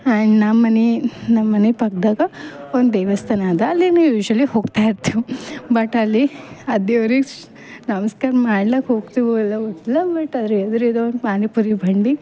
and ನಮ್ಮ ಮನೆ ನಮ್ಮ ಮನೆ ಪಕ್ದಾಗ ಒಂದು ದೇವಸ್ಥಾನ ಅದ ಅಲ್ಲಿ ನೀವು ಯೂಸ್ಯೂವಲಿ ಹೋಗ್ತಾ ಇರ್ತಿವಿ ಬಟ್ ಅಲ್ಲಿ ಆ ದೇವ್ರಿಗೆ ಶ್ ನಮಸ್ಕಾರ್ ಮಾಡ್ಲಾಕೆ ಹೋಗ್ತಿವೋ ಇಲ್ಲ ಗೊತ್ತಿಲ್ಲ ಬಟ್ ಅದ್ರ ಎದ್ರು ಇರೋ ಒನ್ ಪಾನಿಪೂರಿ ಬಂಡಿ